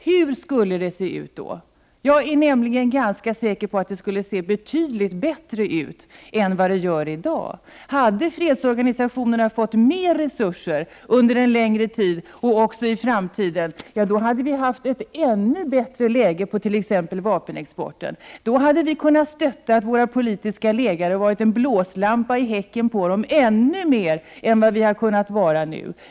Hur skulle det se ut? Jag är nämligen ganska säker på att det skulle se betydligt bättre ut än vad det gör i dag. Hade fredsorganisationerna fått mera resurser under en längre tid och även i framtiden, hade vi haft ett ännu bättre läge beträffande t.ex. vapenexporten. Då hade vi kunnat stötta våra politiska läger och varit en ”blåslampa i häcken” på dem ännu mer än vad vi har kunnat vara nu.